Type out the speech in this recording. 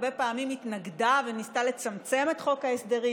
הרבה פעמים התנגדה וניסתה לצמצם את חוק ההסדרים,